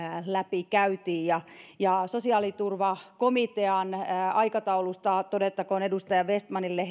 läpikäyntiin sosiaaliturvakomitean aikataulusta todettakoon edustaja vestmanille